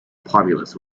populace